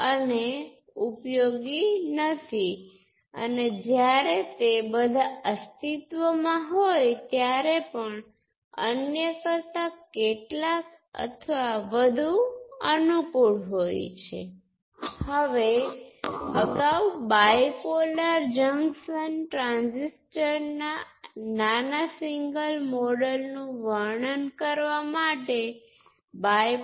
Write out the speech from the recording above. જે કિસ્સામાં તમે તેનો ઉપયોગ કરતા નથી પરંતુ સામાન્ય રીતે તમે તેમાંથી કોઈપણનો ઉપયોગ કરી શકો છો